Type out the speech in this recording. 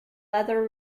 leather